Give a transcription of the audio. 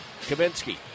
Kaminsky